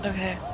Okay